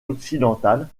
occidentales